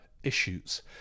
issues